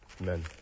Amen